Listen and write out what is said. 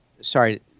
sorry